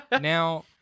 Now